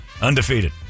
Undefeated